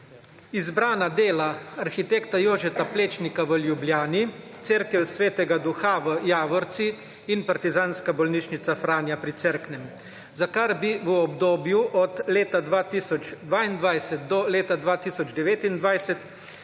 izbrana dela arhitekta Jožeta Plečnika v Ljubljani, cerkev Svetega Duha v Javorci in partizanska bolnišnica Franja pri Cerknem, za kar bi v obdobju od leta 2022 do leta 2029